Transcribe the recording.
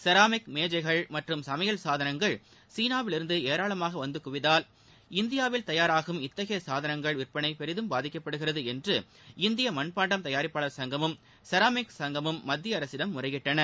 ceramic மேஜைகள் மற்றும் சமையல் சாதனங்கள் சீனாவிலிருந்து ஏராளமாக வந்து குவிவதால் இந்தியாவில் தயாராகும் இத்தகைய சாதனங்கள் விற்பனை பெரிதும் பாதிக்கப்படுகிறது என்று இந்திய மண்பாண்டம் தயாரிப்பாளர் சங்கமும் செராமிக் சங்கமும் மத்திய அரசிடம் முறையிட்டன